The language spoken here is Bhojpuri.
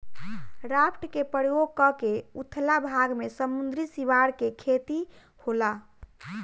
राफ्ट के प्रयोग क के उथला भाग में समुंद्री सिवार के खेती होला